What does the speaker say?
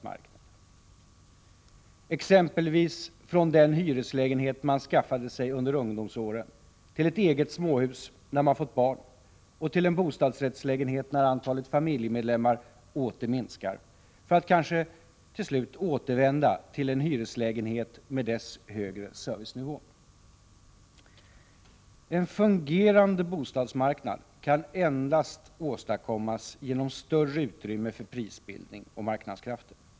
Exempelvis borde det vara möjligt att kunna flytta från den hyreslägenhet man skaffade sig under ungdomsåren till ett eget småhus när man fått barn och till en bostadsrättslägenhet när antalet familjemedlemmar åter minskar, för att kanske till slut återvända till en hyreslägenhet med dess högre servicenivå. En fungerande bostadsmarknad kan endast åstadkommas genom att större utrymme ges för prisbildning och marknadskrafter.